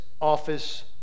office